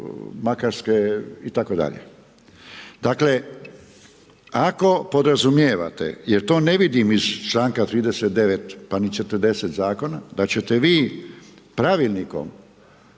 Makarske itd. Dakle, ako podrazumijevate jer to ne vidim iz članka 39. pa ni 40. zakona da ćete vi pravilnikom